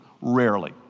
rarely